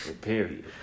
period